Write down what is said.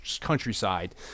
countryside